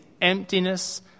emptiness